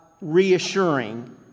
reassuring